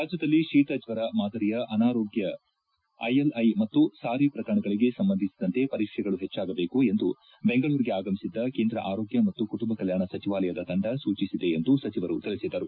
ರಾಜ್ಯದಲ್ಲಿ ಶೀತ ಜ್ಲರ ಮಾದರಿಯ ಅನಾರೋಗ್ಯ ಐಎಲ್ಐ ಮತ್ತು ಸಾರಿ ಪ್ರಕರಣಗಳಿಗೆ ಸಂಬಂಧಿಸಿದಂತೆ ಪರೀಕ್ಷೆಗಳು ಹೆಚ್ಚಾಗಬೇಕು ಎಂದು ಬೆಂಗಳೂರಿಗೆ ಆಗಮಿಸಿದ್ದ ಕೇಂದ್ರ ಆರೋಗ್ಯ ಮತ್ತು ಕುಟುಂಬ ಕಲ್ಯಾಣ ಸಚಿವಾಲಯದ ತಂದ ಸೂಚಿಸಿದೆ ಎಂದು ಸಚಿವರು ತಿಳಿಸಿದರು